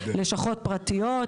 לשכות פרטיות.